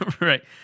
Right